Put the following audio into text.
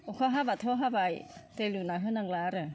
अखा हाबाथ' हाबाय दै लुना होनांला आरो